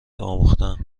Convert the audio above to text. آموختهام